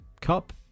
cup